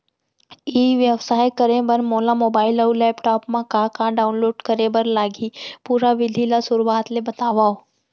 ई व्यवसाय करे बर मोला मोबाइल अऊ लैपटॉप मा का का डाऊनलोड करे बर लागही, पुरा विधि ला शुरुआत ले बतावव?